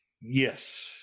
Yes